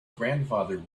grandfather